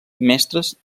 mestres